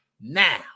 now